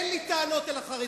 אין לי טענות אל החרדים.